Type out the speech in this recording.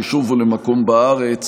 ליישוב או למקום בארץ